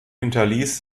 hinterließ